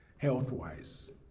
health-wise